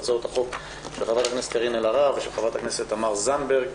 הצעות החוק של חברת הכנסת קארין אלהרר ושל חברת הכנסת תמר זנדברג.